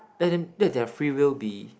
let them let their free will be